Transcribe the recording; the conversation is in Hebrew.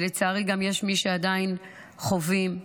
ולצערי יש מי שעדיין חווים.